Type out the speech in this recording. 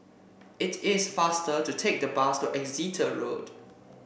it is faster to take the bus to Exeter Road